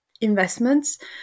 investments